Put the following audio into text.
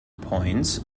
points